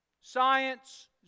Science